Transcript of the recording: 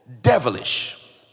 devilish